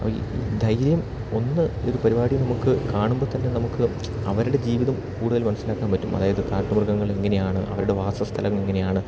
അവയീ ധൈര്യം ഒന്ന് ഈ ഒരു പരുപാടി നമുക്ക് കാണുമ്പം തന്നെ നമുക്ക് അവരുടെ ജീവിതം കൂടുതൽ മനസ്സിലാക്കാൻ പറ്റും അതായത് കാട്ട് മൃഗങ്ങൾ എങ്ങനെയാണ് അവരുടെ വാസ സ്ഥലം എങ്ങനെയാണ്